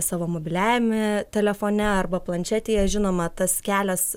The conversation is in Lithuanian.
savo mobiliajame telefone arba planšetėje žinoma tas kelias